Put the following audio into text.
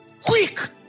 quick